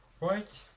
right